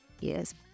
Yes